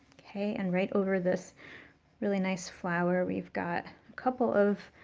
okay, and right over this really nice flower, we've got a couple of